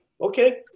Okay